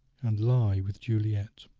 and lie with juliet